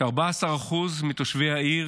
ש-14% מתושבי העיר